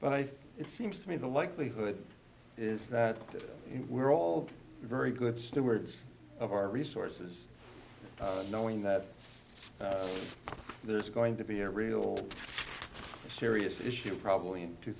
think it seems to me the likelihood is that we're all very good stewards of our resources knowing that there's going to be a real serious issue probably in two